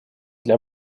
для